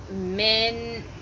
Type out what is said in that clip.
men